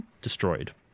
destroyed